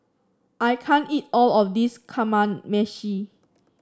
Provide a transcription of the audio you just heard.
I can't eat all of this Kamameshi